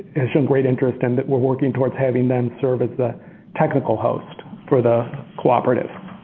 has shown great interest and we're working towards having them serve as the technical host for the cooperative.